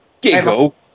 giggle